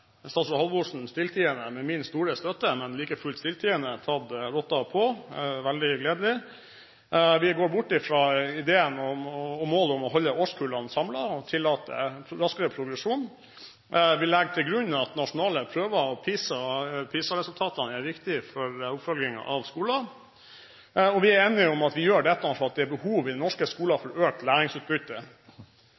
statsråd Halvorsen, stilltiende – med min store støtte, men like fullt stilltiende – tatt rotta på, veldig gledelig. Vi går bort fra ideen og målet om å holde årskullene samlet og tillater raskere progresjon. Vi legger til grunn at nasjonale prøver og PISA-resultatene er viktige for oppfølgingen av skoler, og vi er enige om at vi gjør dette fordi det i den norske skole er behov